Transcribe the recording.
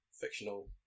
fictional